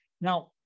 Now